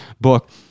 book